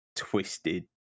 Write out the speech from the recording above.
twisted